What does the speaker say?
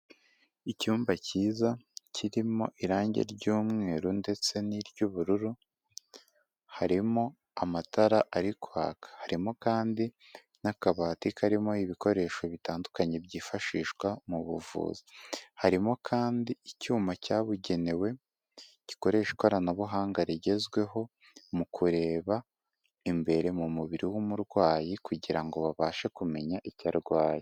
Icyumba cyiza, kirimo irangi ry'umweru ndetse n'iry'ubururu, harimo amatara ari kwaka. Harimo kandi n'akabati karimo ibikoresho bitandukanye byifashishwa mu buvuzi. Harimo kandi icyuma cyabugenewe gikoresha ikoranabuhanga rigezweho mu kureba imbere mu mubiri w'umurwayi kugira ngo babashe kumenya icyo arwaye.